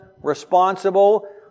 responsible